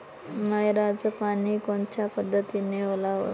नयराचं पानी कोनच्या पद्धतीनं ओलाव?